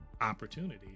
opportunities